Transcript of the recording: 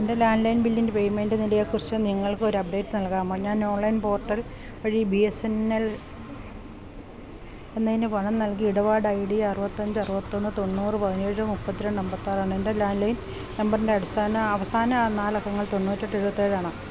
എൻ്റെ land line ബില്ലിൻ്റെ payment നിലയേക്കുറിച്ച് നിങ്ങൾക്ക് ഒരപ്ഡേറ്റ് നൽകാമോ ഞാൻ ഓൺലൈൻ പോർട്ടൽ വഴി ബി എസ് എൻ എൽ എന്നതിന് പണം നൽകി ഇടപാട് ഐ ഡി അറുപത്തഞ്ച് അറുപത്തൊന്ന് തൊണ്ണൂറ് പതിനേഴ് മുപ്പത്തിരണ്ട് അമ്പത്താറ് ആണ് എൻ്റെ ലാൻഡ് ലൈൻ നമ്പറിൻ്റെ അടിസ്ഥാന അവസാന നാലക്കങ്ങൾ തൊണ്ണൂറ്റെട്ട് എഴുപത്തേഴ് ആണ്